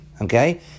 okay